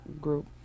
group